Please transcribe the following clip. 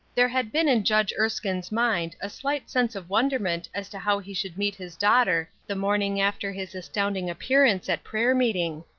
there had been in judge erskine's mind a slight sense of wonderment as to how he should meet his daughter the morning after his astounding appearance at prayer-meeting.